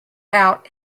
out